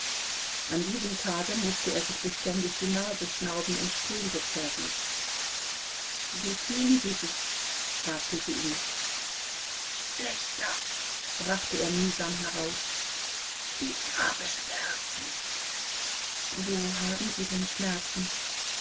an diesem tage mußte er sich beständig die nase schnauben und stöhnte kläglich wie fühlen sie sich fragte sie ihn schlechter brachte er mühsam heraus ich habe schmerzen wo haben sie denn schmerzen